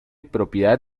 propiedad